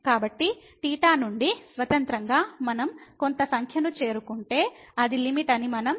అయితే నుండి స్వతంత్రంగా మనం కొంత సంఖ్యకు చేరుకుంటే అది లిమిట్ అని మనం తేల్చవచ్చు